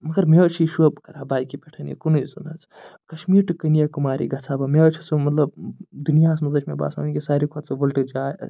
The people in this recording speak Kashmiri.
مَگر مےٚ حظ چھُ یہِ شۄق بہٕ کرٕ ہا بایکہِ پٮ۪ٹھ یہِ کُنُے زوٚن حظ کَشمیٖر ٹُو کٔنیاکُماری گژھہٕ ہا بہٕ مےٚ حظ چھُ سُہ مطلب دُنیاہَس منٛز حظ چھِ مےٚ باسان یۄس ساروٕے کھۄتہٕ سۄ وُلٹہٕ جاے تَتہِ